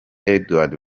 edouard